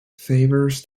favors